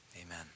Amen